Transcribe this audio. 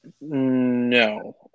no